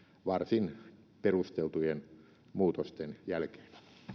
varsin perusteltujen muutosten jälkeen